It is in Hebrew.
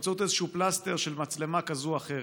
באמצעות איזשהו פלסטר של מצלמה כזאת או אחרת.